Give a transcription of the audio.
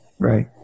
Right